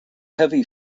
heavy